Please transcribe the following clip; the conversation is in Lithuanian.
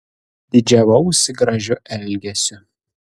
didžiavausi gražiu elgesiu